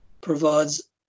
provides